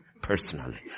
personally